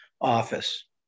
office